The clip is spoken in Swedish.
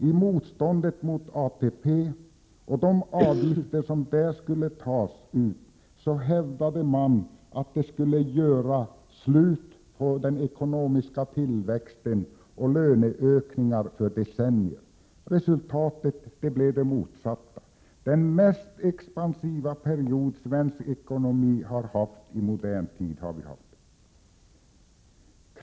I motståndet mot ATP och de avgifter som där skulle tas ut hävdade man att avgifterna skulle göra slut på den ekonomiska tillväxten och löneökningarna för decennier. Resultatet blev det motsatta — den mest expansiva period svensk ekonomi har haft i modern tid.